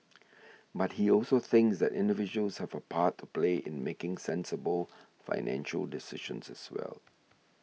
but he also thinks that individuals have a part to play in making sensible financial decisions as well